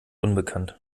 unbekannt